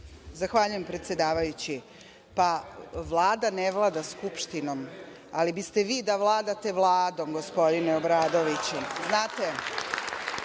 Zahvaljujem predsedavajući. Vlada ne vlada Skupštinom, ali biste vi da vladate Vladom gospodine Obradoviću,